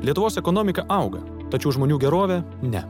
lietuvos ekonomika auga tačiau žmonių gerovė ne